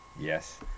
Yes